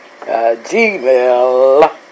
Gmail